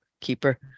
Keeper